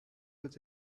with